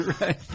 Right